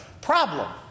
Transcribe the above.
problem